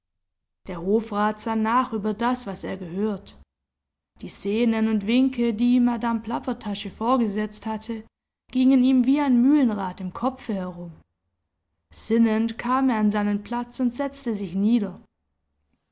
der hofrat sann nach über das was er gehört die szenen und winke die ihm madame plappertasche vorgesetzt hatte gingen ihm wie ein mühlenrad im kopfe herum sinnend kam er an seinen platz und setzte sich nieder